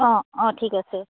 অঁ অঁ ঠিক আছে